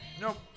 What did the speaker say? Nope